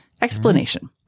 explanation